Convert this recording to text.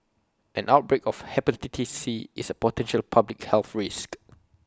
an outbreak of Hepatitis C is A potential public health risk